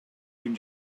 ким